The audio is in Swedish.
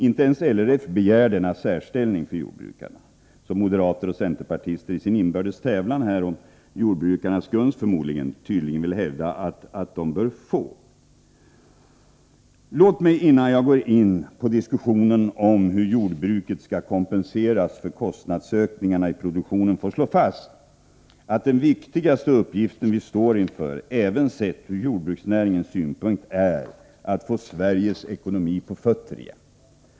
Inte ens LRF kräver den särställning för jordbrukarna som moderater och centerpartister i sin inbördes tävlan om jordbrukarnas gunst tydligen vill hävda att jordbrukarna bör få. Låt mig innan jag går in på diskussionen om hur jordbruket skall kompenseras för kostnadsökningarna i produktionen få slå fast att den viktigaste uppgiften vi står inför, även sett ur jordbruksnäringens synpunkt, är att få Sveriges ekonomi på fötter igen.